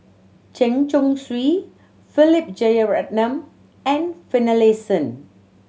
Chen Chong Swee Philip Jeyaretnam and Finlayson